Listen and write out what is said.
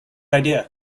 idea